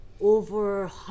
over